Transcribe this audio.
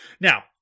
Now